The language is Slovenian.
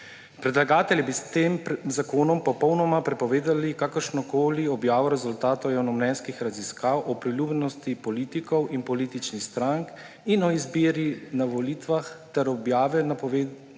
Predlagatelji bi s tem zakonom popolnoma prepovedali kakršnokoli objavo rezultatov javnomnenjskih raziskav o priljubljenosti politikov in političnih strank in o izbiri na volitvah ter objave napovedi